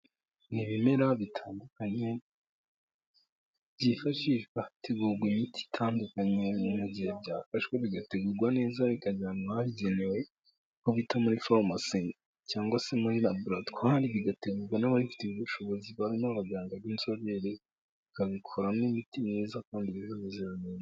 Ibimera bitandukanye, byifashishwa hategurwa imiti itandukanye, mu gihe byafashwe bigategurwa neza bikajyanwa hagenewe ,aho bita muri faromasi cyangwa se muri laboratware bigategurwa n'ababifitiye ubushobozi n'abaganga b'inzobere bakabikoramo imiti kandi yujuje ubuziranenge.